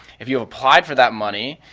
if you've applied for that money,